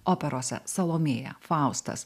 operose salomėja faustas